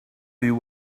you